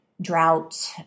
drought